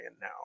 now